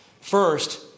First